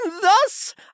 thus